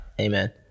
Amen